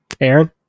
Aaron